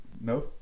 No